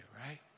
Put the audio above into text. right